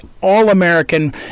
all-american